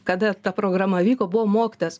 kada ta programa vyko buvo mokytas